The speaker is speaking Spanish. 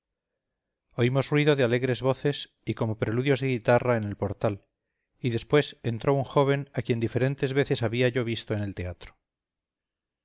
oímos ruido de alegres voces y como preludios de guitarra en el portal y después entró un joven a quien diferentes veces había yo visto en el teatro